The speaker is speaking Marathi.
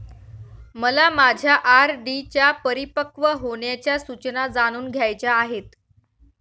मला माझ्या आर.डी च्या परिपक्व होण्याच्या सूचना जाणून घ्यायच्या आहेत